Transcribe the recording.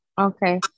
Okay